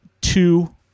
two